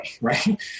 right